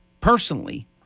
personally